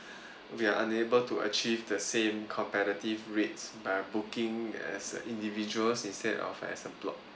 we are unable to achieve the same competitive rates by booking as a individuals instead of as a block